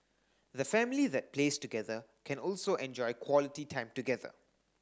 the family that plays together can also enjoy quality time together